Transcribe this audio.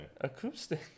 Acoustic